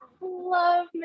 love